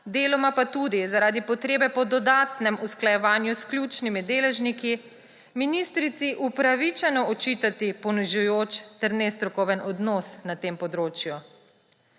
deloma pa tudi zaradi potrebe po dodatnem usklajevanju s ključnimi deležniki, ministrici upravičeno očitati ponižujoč ter nestrokoven odnos na tem področju.